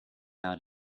out